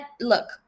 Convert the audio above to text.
look